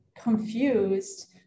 confused